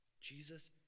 Jesus